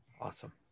Awesome